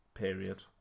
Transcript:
Period